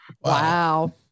Wow